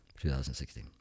2016